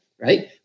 right